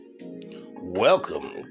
Welcome